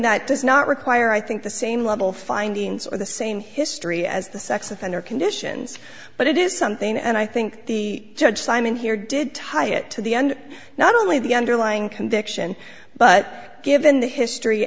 that does not require i think the same level findings or the same history as the sex offender conditions but it is something and i think the judge simon here did tie it to the end not only the underlying conviction but given the history